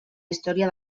història